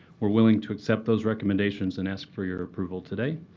we're willing to accept those recommendations and ask for your approval today.